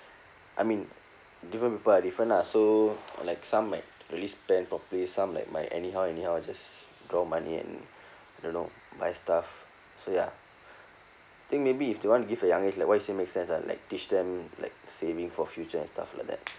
I mean different people are different lah so like some might really spend properly some like might anyhow anyhow just draw money and I don't know buy stuff so ya think maybe if they want to give at young age like what you said makes sense ah like teach them like saving for future and stuff like that